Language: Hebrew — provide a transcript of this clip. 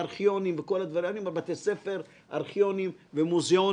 אגב, זאת בעיה בינלאומית, זו לא רק בעיה בישראל.